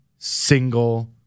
single